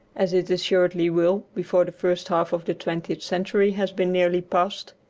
as it assuredly will before the first half of the twentieth century has been nearly past,